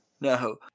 No